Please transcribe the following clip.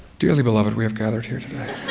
dearly beloved, we have gathered here today.